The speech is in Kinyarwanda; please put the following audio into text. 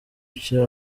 cya